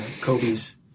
Kobe's